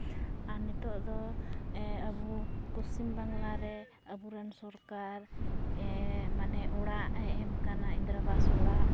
ᱟᱨ ᱱᱤᱛᱳᱜ ᱫᱚ ᱟᱵᱚ ᱯᱚᱥᱪᱤᱢ ᱵᱟᱝᱞᱟ ᱨᱮ ᱟᱵᱚᱨᱮᱱ ᱥᱚᱨᱠᱟᱨ ᱢᱟᱱᱮ ᱚᱲᱟᱜ ᱮᱭ ᱮᱢ ᱠᱟᱱᱟ ᱤᱱᱫᱨᱟᱵᱟᱥ ᱚᱲᱟᱜ